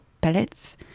pellets